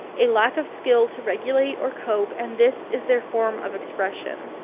a lack of skill to regulate or cope, and this is their form of expression.